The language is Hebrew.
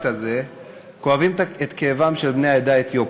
הזה כואבים את כאבם של בני העדה האתיופית,